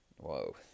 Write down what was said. Whoa